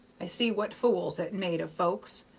i see what fools it made of folks,